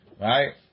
right